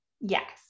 Yes